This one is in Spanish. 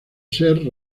ser